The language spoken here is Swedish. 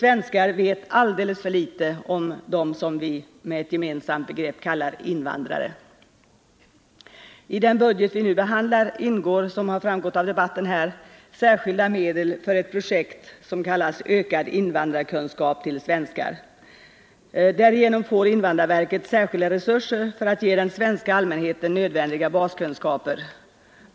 Vi svenskar vet alldeles för litet om dem som vi med ett gemensamt begrepp kallar invandrare. I den budget vi nu behandlar ingår, som har framgått av debatten, särskilda medel för ett projekt benämnt Ökad invandrarkunskap bland svenskar. Därigenom får invandrarverket särskilda resurser för att ge den svenska allmänheten nödvändiga baskunskaper.